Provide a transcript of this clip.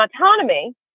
autonomy